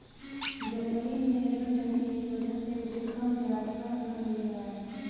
जनवरी में ऋण लेने की वजह से उसे कम ब्याज पर ऋण मिल गया